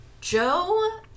Joe